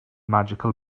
magical